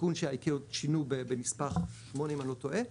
תיקון שה-ICAO שינו בנספח 8 אם אני לא טועה.